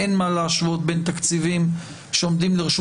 אין מה להשוות בין תקציבים שעומדים לרשות